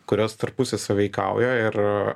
kurios tarpuse sąveikauja ir